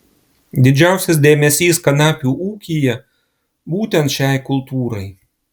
didžiausias dėmesys kanapių ūkyje būtent šiai kultūrai